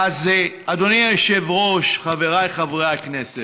אדוני היושב-ראש, חבריי חברי הכנסת,